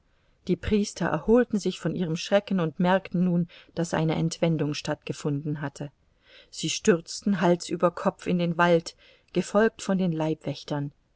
die priester erholten sich von ihrem schrecken und merkten nun daß eine entwendung stattgefunden hatte sie stürzten über hals und kopf in den wald gefolgt von den leibwächtern